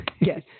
Yes